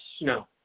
No